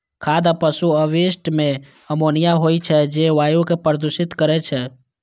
खाद आ पशु अवशिष्ट मे अमोनिया होइ छै, जे वायु कें प्रदूषित करै छै